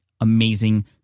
amazing